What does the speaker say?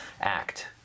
act